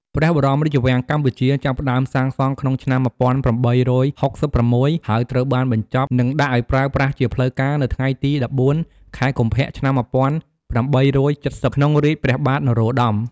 ព្រះបរមរាជវាំងកម្ពុជា ចាប់ផ្ដើមសាងសង់ក្នុងឆ្នាំ ១៨៦៦ ហើយត្រូវបានបញ្ចប់ និងដាក់ឱ្យប្រើប្រាស់ជាផ្លូវការណ៍ នៅថ្ងៃទី ១៤ ខែកុម្ភៈ ឆ្នាំ ១៨៧០ ក្នុងរាជព្រះបាទ នរោត្តម ។